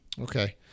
okay